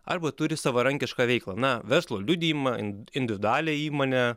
arba turi savarankišką veiklą na verslo liudijimą individualią įmonę